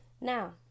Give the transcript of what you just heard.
now